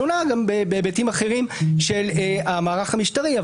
גם בהיבטים אחרים של המערך המשטרי.